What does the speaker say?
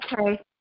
Okay